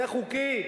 זה חוקי?